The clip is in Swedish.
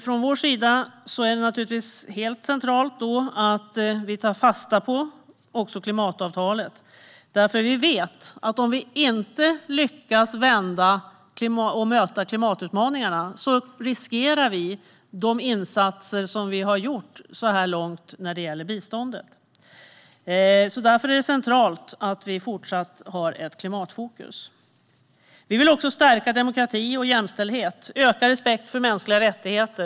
Från vår sida är det naturligtvis helt centralt att vi också tar fasta på klimatavtalet, därför att vi vet att om vi inte lyckas möta klimatutmaningarna riskerar vi de insatser som vi har gjort så här långt när det gäller biståndet. Därför är det centralt att vi fortsatt har ett klimatfokus. Vi vill också stärka demokrati och jämställdhet och öka respekten för mänskliga rättigheter.